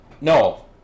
No